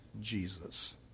Jesus